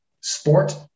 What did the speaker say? sport